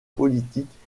politiques